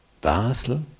Basel